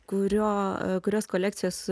kurio kurios kolekcijos